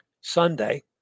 Sunday